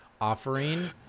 offering